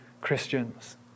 Christians